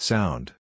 Sound